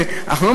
אנחנו,